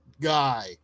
guy